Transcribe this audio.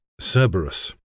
Cerberus